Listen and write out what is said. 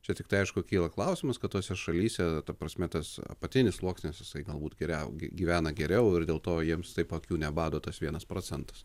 čia tiktai aišku kyla klausimas kad tose šalyse ta prasme tas apatinis sluoksnis jisai galbūt geriau gyvena geriau ir dėl to jiems taip akių nebado tas vienas procentas